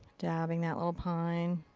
dabbing that little pine.